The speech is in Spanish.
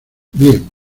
bien